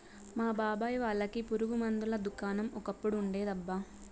మా బాబాయ్ వాళ్ళకి పురుగు మందుల దుకాణం ఒకప్పుడు ఉండేదబ్బా